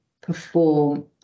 perform